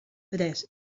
tres